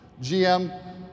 GM